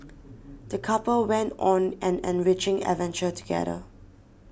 the couple went on an enriching adventure together